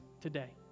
today